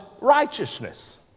righteousness